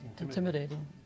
intimidating